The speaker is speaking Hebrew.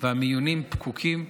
והמיונים פקוקים.